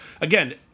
again